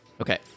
Okay